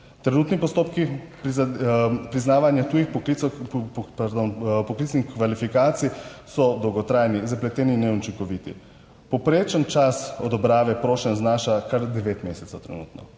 Trenutni postopki priznavanja tujih poklicnih kvalifikacij so dolgotrajni, zapleteni in neučinkoviti. Povprečen čas odobrave prošenj znaša kar devet mesecev trenutno,